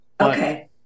okay